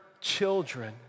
children